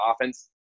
offense